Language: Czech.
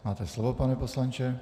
Máte slovo, pane poslanče.